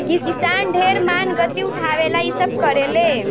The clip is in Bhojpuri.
किसान ढेर मानगती उठावे ला इ सब करेले